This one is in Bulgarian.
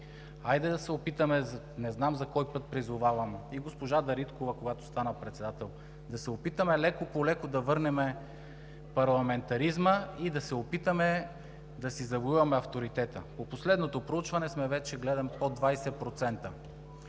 Хайде да се опитаме – не знам за кой път призовавам и госпожа Дариткова, когато стана председател, да се опитаме лека-полека да върнем парламентаризма и да опитаме да си завоюваме авторитета. Гледам, че по последното проучване вече сме под 20%.